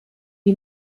die